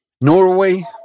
norway